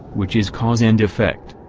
which is cause and effect.